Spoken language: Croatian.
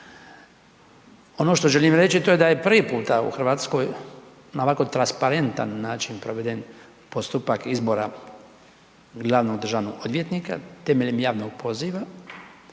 Ono što želim reći to je da je prvi puta u Hrvatskoj na ovako transparentan način proveden postupak izbora glavnog državnog odvjetnika temeljem javnog poziva.